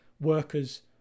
workers